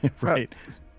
Right